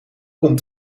komt